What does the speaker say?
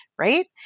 right